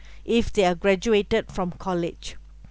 if they are graduated from college